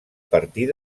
partir